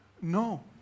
No